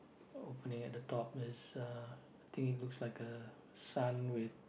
opening at the top it's a I think it looks like a sun with